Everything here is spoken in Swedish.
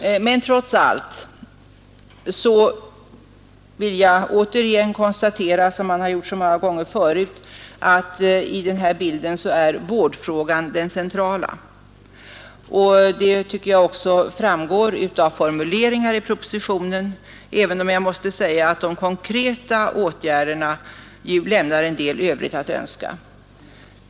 Trots allt vill jag återigen konstatera, som jag gjort så många gånger förut, att vårdfrågan är det centrala. Jag tycker också att det framgår av formuleringarna i propositionen, även om jag måste säga att de konkreta förslagen till åtgärder lämnar en del övrigt att önska.